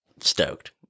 stoked